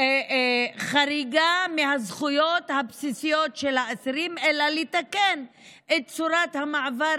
חריגה מהזכויות הבסיסיות של האסירים אלא לתקן את צורת המעבר